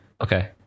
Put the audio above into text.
Okay